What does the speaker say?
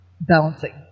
balancing